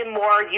more